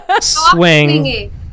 swing